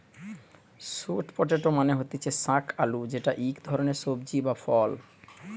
sweet potato মানে হতিছে শাক আলু যেটা ইক ধরণের সবজি বা ফল